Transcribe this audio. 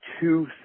two